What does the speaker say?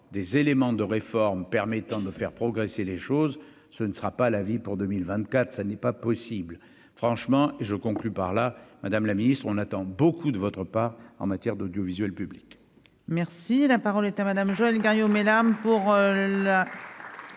des éléments de réforme permettant de faire progresser les choses, ce ne sera pas la vie pour 2024 ça n'est pas possible franchement et je conclus par là, madame la ministre, on attend beaucoup de votre part en matière d'audiovisuel public.